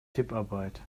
tipparbeit